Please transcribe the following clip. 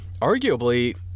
arguably